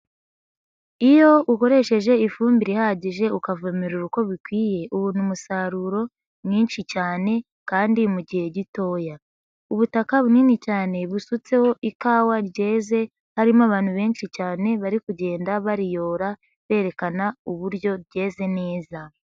lyo ukoresheje ifumbire ihagije ukavomerera uko bikwiye, ubona umusaruro mwinshi cyane kandi mu gihe gitoya, ubutaka bunini cyane busutseho ikawa ryeze, harimo abantu benshi cyane bari kugenda bariyora, berekana uburyo ryeze neza.